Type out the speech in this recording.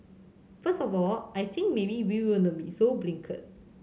first of all I think maybe we will not be so blinkered